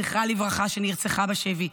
זכרה לברכה, שנרצחה בשבי.